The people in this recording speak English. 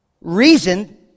reason